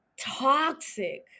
toxic